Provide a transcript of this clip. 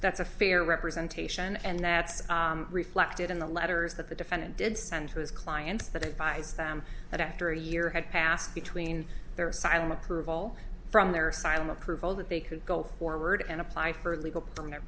that's a fair representation and that's reflected in the letters that the defendant did send to his clients that advised them that after a year had passed between their asylum approval from their asylum approval that they could go forward and apply for legal permanent